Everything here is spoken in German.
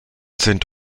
sind